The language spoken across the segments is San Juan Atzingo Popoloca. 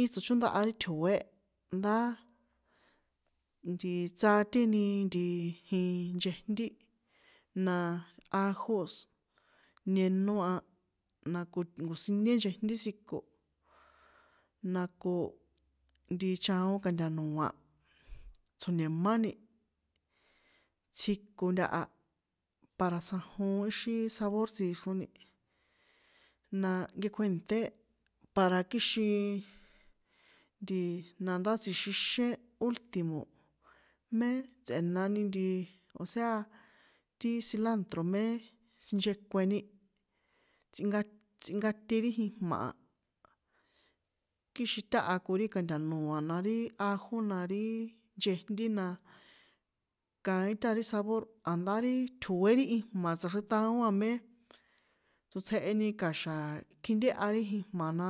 Í tsochóndaha ri tjo̱é ndá tsateni nti jinchejntí, na ajos, ñeno a, nako nko̱siñé nchejntí tsjiko, na ko ntii nchaon nka̱ta̱no̱a, tsjo̱ni̱máni tsjiko ntaha para tsjanjon íxi sabor tsixroni, na nkekuènṭé para kixin ntii nandá tsjixixín ultimo mé tsꞌe̱nani nti, o̱séa ti cilantro̱ me sinchekuenni, tsꞌinka tsꞌinkate ri jijma̱ a, kixin táha ko ri ka̱nta̱no̱a na, ri ajo na ri nchejntí na, kaín ta rí sabor a̱ndá ri tjo̱é ri ijma̱ tsaxreṭaó a mé tsotsjeheni ca̱xa̱ kjintéhya ri ijma̱ na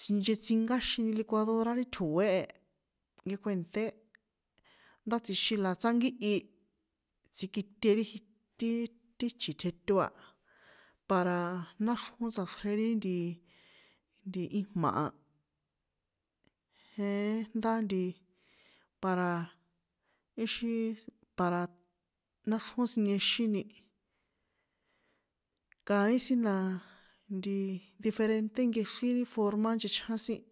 sinchetsinkáxini likuadora ti tjo̱é e, nkekuènṭé, ndá tsjixin la tsánkíhi, tsjikite ri ji ti chi̱ tjeto a, para- a, náxrjón tsꞌaxrje ri ntii, nti ijma̱ a, jeén ndá nti, para íxin, para náxrjón siniexíni, kaín sin na ntiii, diferente nkexrín ri forma nchechján sin.